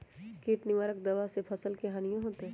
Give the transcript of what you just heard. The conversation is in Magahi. किट निवारक दावा से फसल के हानियों होतै?